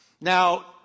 Now